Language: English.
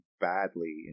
badly